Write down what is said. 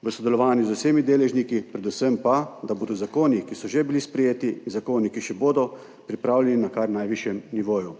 v sodelovanju z vsemi deležniki, predvsem pa, da bodo zakoni, ki so že bili sprejeti, zakoni, ki še bodo, pripravljeni na kar najvišjem nivoju.